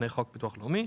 מחוק ביטוח לאומי,